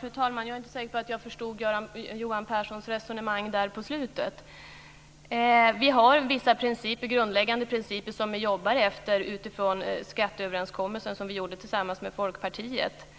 Fru talman! Jag är inte säker på att jag förstod Johan Pehrsons resonemang på slutet. Vi jobbar efter vissa grundläggande principer i skatteöverenskommelsen som gjordes tillsammans med Folkpartiet.